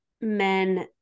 men